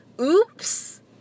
Oops